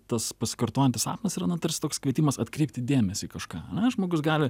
tas pasikartojantis sapnas yra na tarsi toks kvietimas atkreipti dėmesį į kažką žmogus gali